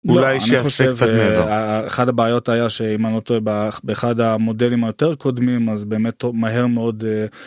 אולי אני חושב שאחד הבעיות היה שאם אני לא טועה באחד המודלים היותר קודמים אז באמת הוא מהר מאוד.